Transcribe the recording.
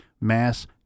mass